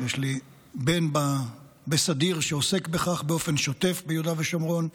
יש לי בן בסדיר שעוסק בכך באופן שוטף ביהודה ושומרון,